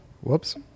Whoops